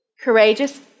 Courageous